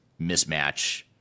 mismatch